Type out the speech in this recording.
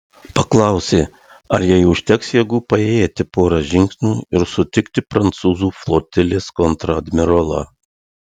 paklausė ar jai užteks jėgų paėjėti porą žingsnių ir sutikti prancūzų flotilės kontradmirolą